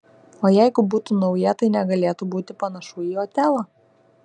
o jeigu būtų nauja tai negalėtų būti panašu į otelą